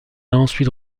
ensuite